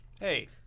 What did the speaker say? Hey